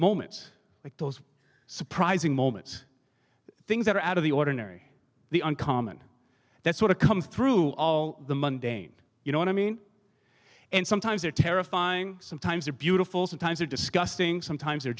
moments like those surprising moments things that are out of the ordinary the uncommon that sort of comes through all the monday you know what i mean and sometimes they're terrifying sometimes they're beautiful sometimes are disgusting sometimes they're